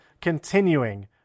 Continuing